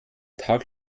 tag